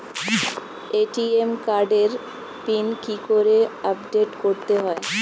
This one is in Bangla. এ.টি.এম কার্ডের পিন কি করে আপডেট করতে হয়?